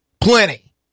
Plenty